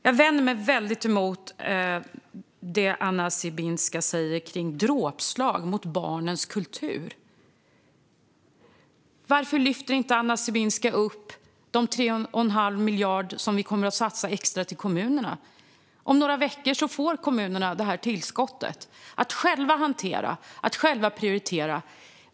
Jag vänder mig skarpt mot det Anna Sibinska säger om dråpslag mot barnens kultur. Varför lyfter inte Anna Sibinska upp de extra 3 1⁄2 miljarder som vi kommer att satsa på kommunerna? Om några veckor får kommunerna detta tillskott att själva hantera, att själva prioritera.